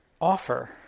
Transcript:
offer